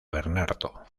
bernardo